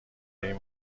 این